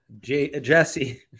Jesse